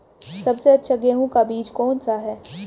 सबसे अच्छा गेहूँ का बीज कौन सा है?